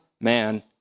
man